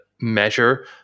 measure